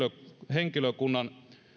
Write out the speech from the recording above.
henkilökunnan